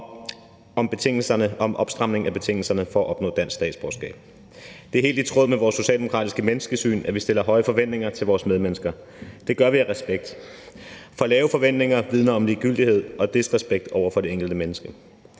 om en opstramning af betingelserne for at opnå dansk statsborgerskab. Det er helt i tråd med vores socialdemokratiske menneskesyn, at vi har høje forventninger til vores medmennesker. Det har vi af respekt. For lave forventninger vidner om ligegyldighed og disrespekt over for det enkelte menneske.